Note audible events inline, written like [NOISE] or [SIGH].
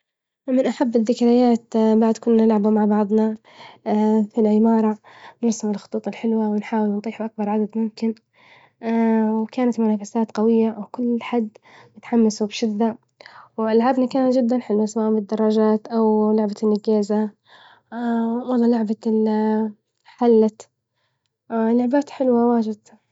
من أحب الذكريات بعد كنا نلعبوا مع بعضنا، [HESITATION] في العمارة نرسم الخطوط الحلوة ونحاول نطيح بأكبر عدد ممكن [HESITATION] وكانت منافسات قوية وكل حد متحمس وبشدة، وألعابنا كانت جدًا حلوة سواء بالدراجات أو لعبة النجيزة [HESITATION] ولعبة ال [HESITATION] حلت، لعبات حلوة واجد.